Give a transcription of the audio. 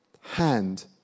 hand